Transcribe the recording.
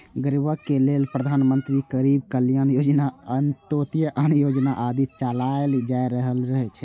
गरीबक लेल प्रधानमंत्री गरीब कल्याण योजना, अंत्योदय अन्न योजना आदि चलाएल जा रहल छै